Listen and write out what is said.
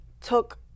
took